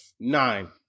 nine